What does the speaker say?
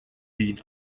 been